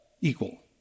Equal